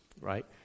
right